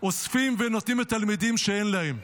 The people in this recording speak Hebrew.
אוספים ונותנים לתלמידים שאין להם.